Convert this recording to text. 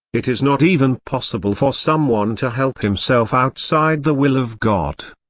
it is not even possible for someone to help himself outside the will of god.